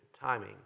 timing